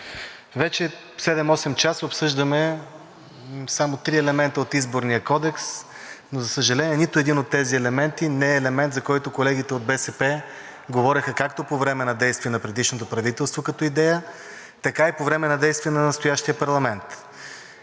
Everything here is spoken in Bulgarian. Вече 7 – 8 часа обсъждаме само три елемента от Изборния кодекс, но за съжаление, нито един от тези елементи не е елемент, за който колегите от БСП говореха както по време на действие на предишното правителство като идея, така и по време на действие на настоящия парламент.